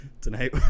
tonight